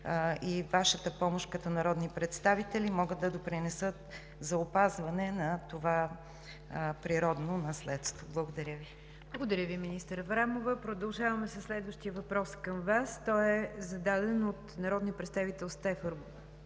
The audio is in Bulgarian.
и Вашата помощ като народни представители, могат да допринесат за опазване на това природно наследство. Благодаря Ви. ПРЕДСЕДАТЕЛ НИГЯР ДЖАФЕР: Благодаря Ви, министър Аврамова. Продължаваме със следващия въпрос към Вас. Той е зададен от народния представител Стефан